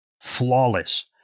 Flawless